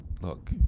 Look